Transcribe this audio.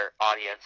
audience